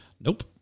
Nope